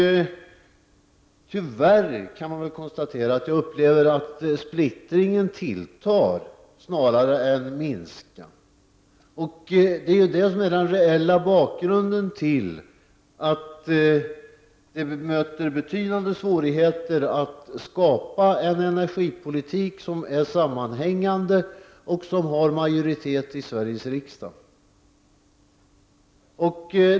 Tyvärr upplever jag att splittringen tilltar snarare än avtar. Det är det som är den reella bakgrunden till att det möter betydande svårigheter att skapa en energipolitik, som är sammanhängande och som har majoritet i Sveriges riksdag.